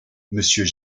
monsieur